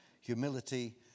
humility